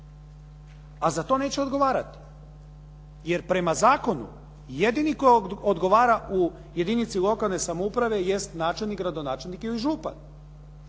a za to neće odgovarati, jer prema zakonu jedini tko odgovara u jedinici lokalne samouprave jest načelnik, gradonačelnik ili župan.